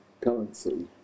currency